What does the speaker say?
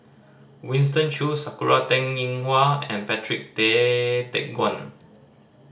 Winston Choos Sakura Teng Ying Hua and Patrick Tay Teck Guan